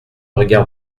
regard